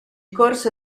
corso